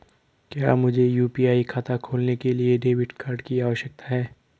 क्या मुझे यू.पी.आई खाता खोलने के लिए डेबिट कार्ड की आवश्यकता है?